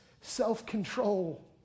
self-control